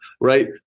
right